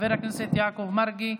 חבר הכנסת יעקב מרגי,